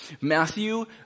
Matthew